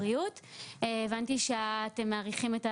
חלק גדול מהרשויות עצמן לא מונגשות.